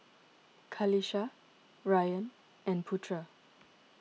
Qalisha Ryan and Putra